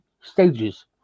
stages